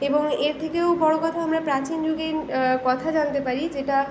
এবং এর থেকেও বড় কথা আমরা প্রাচীন যুগের কথা জানতে পারি যেটা